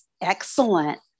Excellent